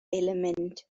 element